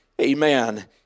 amen